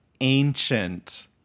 ancient